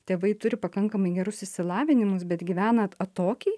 tėvai turi pakankamai gerus išsilavinimus bet gyvena atokiai